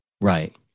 Right